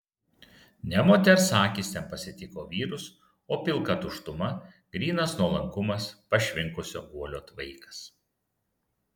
ne moters akys ten pasitiko vyrus o pilka tuštuma grynas nuolankumas pašvinkusio guolio tvaikas